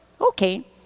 Okay